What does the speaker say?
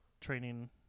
training